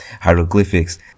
hieroglyphics